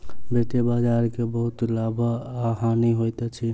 वित्तीय बजार के बहुत लाभ आ हानि होइत अछि